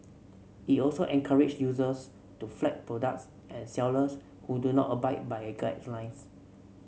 it also encourage users to flag products and sellers who do not abide by its guidelines